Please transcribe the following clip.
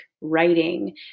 writing